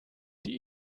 die